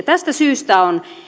tästä syystä on